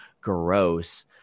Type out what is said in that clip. gross